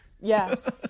Yes